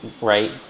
right